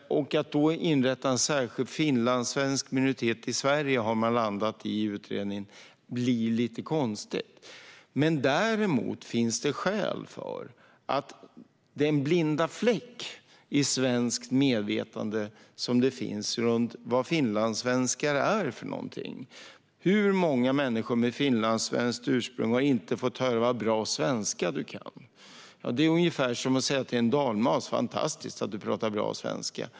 Att då inrätta en särskild finlandssvensk minoritet i Sverige blir lite konstigt, har utredningen landat i. Däremot finns det skäl att uppmärksamma den blinda fläcken i svenskt medvetande kring vad finlandssvenskar är för något. Hur många människor med finlandssvenskt ursprung har inte fått höra: Vad bra svenska du kan! Det är ungefär som att säga till en dalmas: Fantastiskt vad du pratar bra svenska!